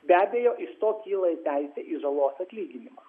be abejo iš to kyla teisė į žalos atlyginimą